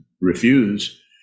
refuse